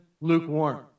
lukewarm